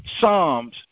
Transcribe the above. Psalms